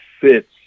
fits